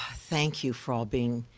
thank you for all being